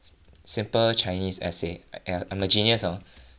simple chinese essay !aiya! I'm a genius hor